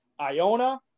Iona